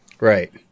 Right